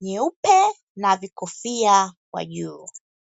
nyeupe na vikofia kwa juu.